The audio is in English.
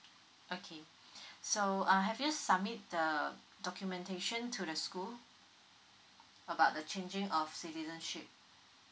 okay so uh have you submit the documentation to the school about the changing of citizenship